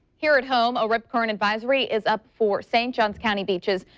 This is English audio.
here at home a rip current advisory is up for st. johns county beaches.